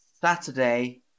Saturday